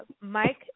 Mike